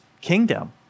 kingdom